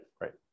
right